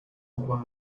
imply